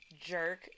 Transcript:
jerk